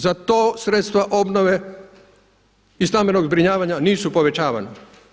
Za to sredstva obnove i stambenog zbrinjavanja nisu povećavana.